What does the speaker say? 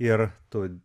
ir tu